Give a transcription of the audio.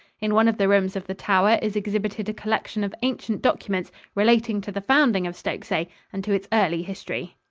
in one of the rooms of the tower, is exhibited a collection of ancient documents relating to the founding of stokesay and to its early history.